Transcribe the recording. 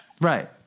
Right